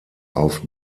auf